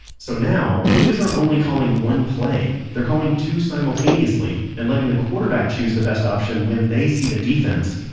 so now, coaches aren't only calling one play, they're calling two simultaneously and letting the quarterback choose the best option when they see the defense.